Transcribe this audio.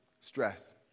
stress